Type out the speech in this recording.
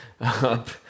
up